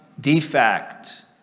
defect